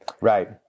Right